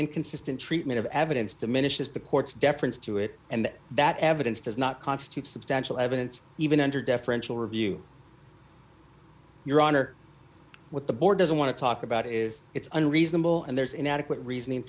inconsistent treatment of evidence to ministers the court's deference to it and that evidence does not constitute substantial evidence even under deferential review your honor what the board doesn't want to talk about is it's unreasonable and there's inadequate reason